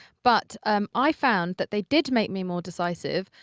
but um i found that they did make me more decisive,